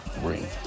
bring